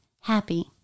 happy